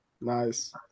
Nice